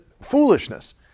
foolishness